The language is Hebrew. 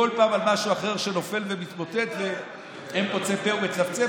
כל פעם זה על משהו אחר שנופל ומתמוטט ואין פוצה פה ואין מצפצף.